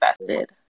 invested